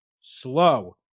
slow